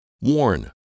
Warn